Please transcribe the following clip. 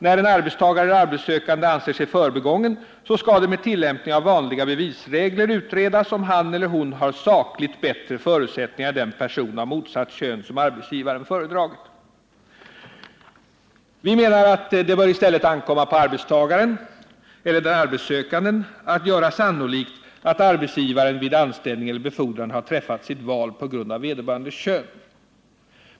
När en arbetstagare eller arbetssökande anser sig förbigången skall det, enligt propositionens förslag, med tillämpning av vanliga bevisregler utredas om han eller hon har sakligt bättre förutsättningar än den person av motsatt kön som arbetsgivaren föredragit. Vi menar att det i stället bör ankomma på arbetstagaren eller den arbetssökande att göra sannolikt att arbetsgivaren vid anställning eller befordran har träffat sitt val på grund av vederbörandes kön.